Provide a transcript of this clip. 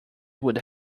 would